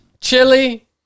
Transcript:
Chili